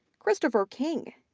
christopher king,